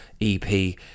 ep